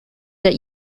that